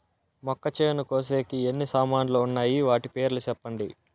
మొక్కచేను కోసేకి ఎన్ని సామాన్లు వున్నాయి? వాటి పేర్లు సెప్పండి?